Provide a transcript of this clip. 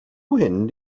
when